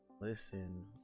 Listen